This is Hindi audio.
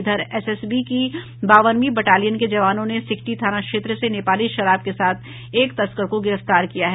इधर एसएसबी की बावनवीं बटालियन के जवानों ने सिकटी थाना क्षेत्र से नेपाली शराब के साथ एक तस्कर को गिरफ्तार किया है